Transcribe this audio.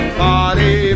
party